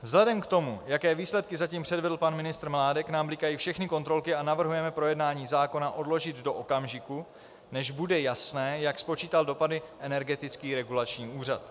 Vzhledem k tomu, jaké výsledky zatím předvedl pan ministr Mládek, nám blikají všechny kontrolky a navrhujeme projednání zákona odložit do okamžiku, než bude jasné, jak spočítal dopady Energetický regulační úřad.